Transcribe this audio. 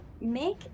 make